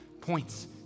points